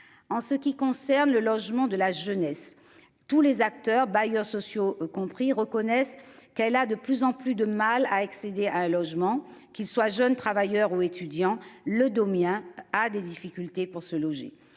en ce qui concerne le logement de la jeunesse. Tous les acteurs bailleurs sociaux compris reconnaissent qu'elle a de plus en plus de mal à accéder à un logement qu'ils soient jeunes travailleurs ou étudiants le Domiens à des difficultés pour se loger.